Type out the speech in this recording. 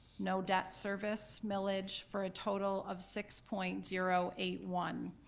no debt service millage for a total of six point zero eight one.